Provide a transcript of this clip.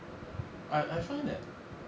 I I find that